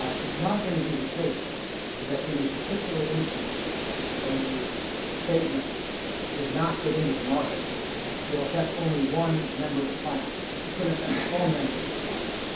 it's not going to be the case that in a particular instance a statement did not get into the market will affect only one member of the class. it's going to affect all members of the class.